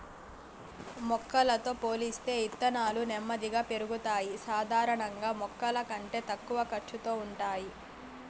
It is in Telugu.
మొలకలతో పోలిస్తే ఇత్తనాలు నెమ్మదిగా పెరుగుతాయి, సాధారణంగా మొలకల కంటే తక్కువ ఖర్చుతో ఉంటాయి